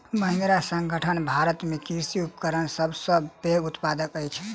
महिंद्रा संगठन भारत में कृषि उपकरणक सब सॅ पैघ उत्पादक अछि